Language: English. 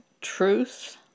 truth